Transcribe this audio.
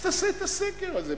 אז תעשה את הסקר הזה.